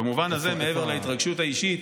במובן הזה, מעבר להתרגשות האישית